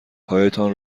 هایتان